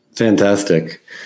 Fantastic